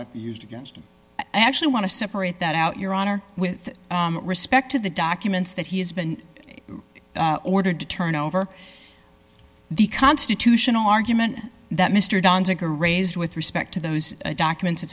be used against him i actually want to separate that out your honor with respect to the documents that he has been ordered to turn over the constitutional argument that mr johnson are raised with respect to those documents